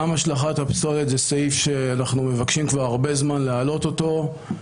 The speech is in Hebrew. גם השלכת הפסולת זה סעיף שאנחנו מבקשים כבר הרבה זמן להעלות אותו.